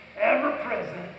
ever-present